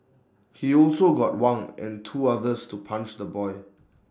he also got Wang and two others to punch the boy